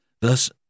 Thus